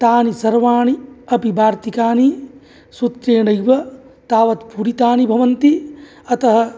तानि सर्वाणि अपि वार्तिकानि सूत्रेणैव तावत् पूरितानि भवन्ति अतः